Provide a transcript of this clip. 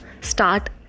Start